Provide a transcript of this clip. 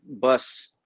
bus